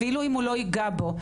אפילו אם הוא לא ייגע בו,